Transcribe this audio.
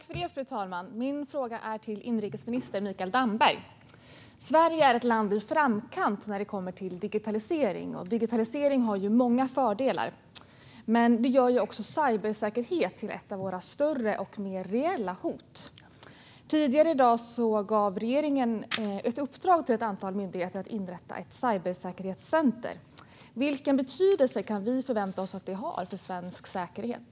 Fru talman! Min fråga går till inrikesminister Mikael Damberg. Sverige ligger i framkant när det gäller digitalisering. Digitalisering har många fördelar men medför också stora och reella hot mot cybersäkerheten. Regeringen har tidigare gett ett antal myndigheter i uppdrag att inrätta ett cybersäkerhetscenter. Vilken betydelse kan vi förvänta oss att detta får för svensk säkerhet?